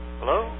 Hello